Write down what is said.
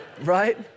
right